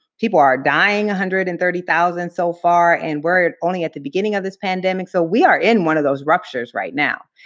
people are dying, one hundred and thirty thousand so far, and we're only at the beginning of this pandemic. so we are in one of those ruptures right now.